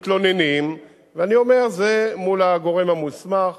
המתלוננים, ואני אומר: זה, מול הגורם המוסמך,